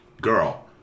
girl